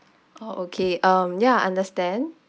oh okay um ya understand